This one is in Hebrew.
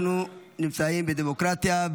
אנחנו נמצאים בדמוקרטיה,